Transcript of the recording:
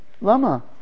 Lama